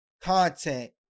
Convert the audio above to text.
content